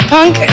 Punk